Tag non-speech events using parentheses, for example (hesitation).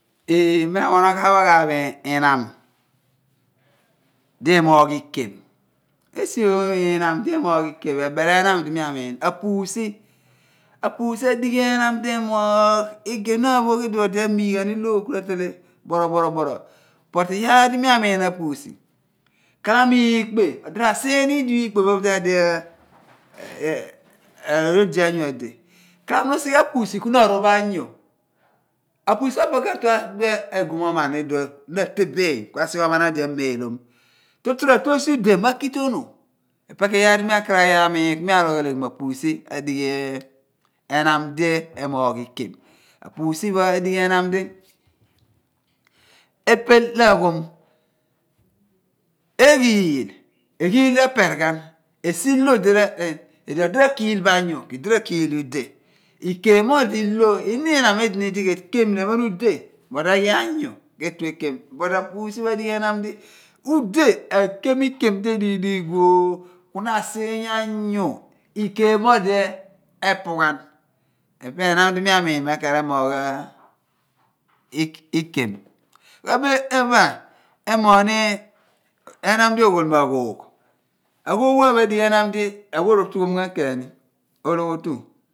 Ee mi ra wa oghaaph oghaaph ihnam di emoogh ikem esi oomo ihnam di emoogh ikem ebel ehnam di mi amiin, a’ pussy, a’ passy adighi ehnam di emoogh ken na aphogh idum odi amiigha ni loor ku ra tehle boroboroboro but iyaar di mi amiin a'pussy, ghalamo iikpeh odi r’ asiiny ni udipho iikpeh erol mudaadi (hesitation) odi anyu ade ghalamo na usighe apussy ku na aroph anyu, apussy pho opo ka/tue adua egum oman iduon bin na ateseeny ku asighe oman odi ameecom, tutu ra tu osi ude makitonu epe ku iyaar di mi akaraghi amiin ku mi alogh elegh mo a'pussy adighi ehnana di emoogh ikem a'pussy pho adighi ehnam di epel lo aghom, eghiil eghiil re/per ghan esi 1/lo di iduon odi rakiil bo anyu ku edi rakiil ii ude ikem mo odi 1/lo iniin ihnam edini di ke kem ni ephen ude but oghi anyu ke/tue ekem but a'pussy pho adighi ehnam di ude, r'akem ikem di edigh diigu ooo ku na asiiny anyu, ikem mo odi epughan epe ehnam di mi amiin mo emoogh ikem ku ebile etum pa emoogh ni ehnam di oghol mo aghoogh aghoogh pho opho adighi ehnam di awe r'opeghom ghan ken ni ologhiotu